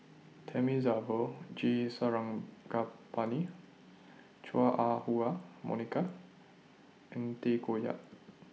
Thamizhavel G Sarangapani Chua Ah Huwa Monica and Tay Koh Yat